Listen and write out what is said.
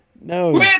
No